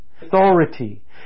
Authority